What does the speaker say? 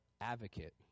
advocate